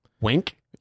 Wink